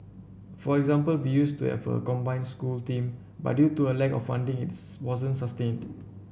for example we used to have a combined school team but due to a lack of funding it's wasn't sustained